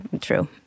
true